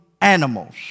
animals